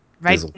Right